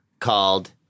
called